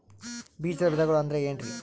ಬೇಜದ ವಿಧಗಳು ಅಂದ್ರೆ ಏನ್ರಿ?